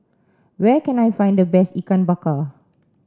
where can I find the best Ikan Bakar